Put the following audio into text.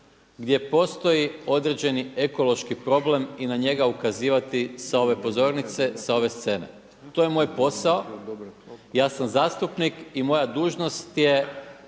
gdje postoji određeni ekološki problem i na njega ukazivati sa ove pozornice, sa ove scene. To je moj posao. Ja sam zastupnik i moja dužnost je